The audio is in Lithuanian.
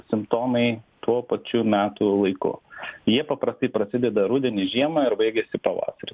simptomai tuo pačiu metų laiku jie paprastai prasideda rudenį žiemą ir baigiasi pavasarį